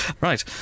Right